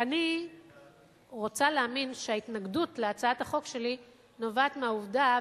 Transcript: אני רוצה להאמין שההתנגדות להצעת החוק שלי נובעת מהעובדה,